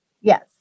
Yes